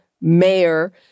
mayor